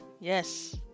yes